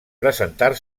presentar